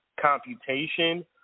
computation